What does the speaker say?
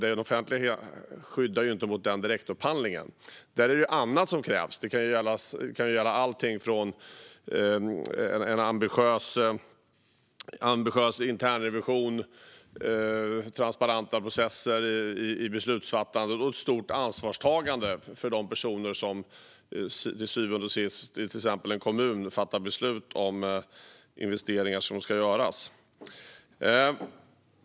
Den offentliga upphandlingen skyddar inte mot den direktupphandlingen. Där är det annat som krävs. Det kan handla om en ambitiös internrevision, transparenta processer i beslutsfattande och ett stort ansvarstagande hos de personer som till syvende och sist, i till exempel en kommun, fattar beslut om investeringar som ska göras.